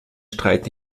streit